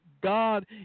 God